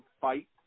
fight